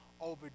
over